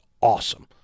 awesome